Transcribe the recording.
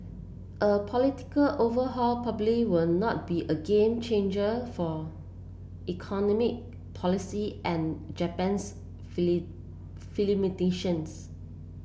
a political overhaul probably will not be a game changer for economy policy and Japan's